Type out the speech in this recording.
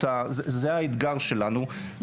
זה האתגר שלנו,